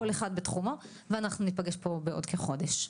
כל אחד בתחומו ואנחנו ניפגש פה בעוד כחודש.